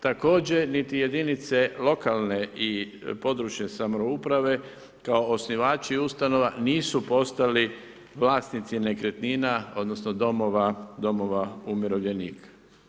Također niti jedinice lokalne i područne samouprave kao osnivači ustanova nisu postali vlasnici nekretnina, odnosno domova umirovljenika.